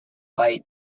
byte